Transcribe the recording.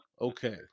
Okay